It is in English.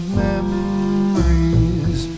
memories